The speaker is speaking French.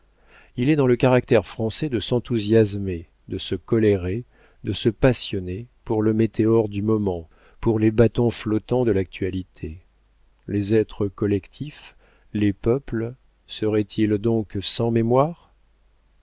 il est dans le caractère français de s'enthousiasmer de se colérer de se passionner pour le météore du moment pour les bâtons flottants de l'actualité les êtres collectifs les peuples seraient-ils donc sans mémoire